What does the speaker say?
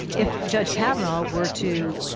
if judge kavanaugh were to